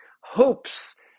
hopes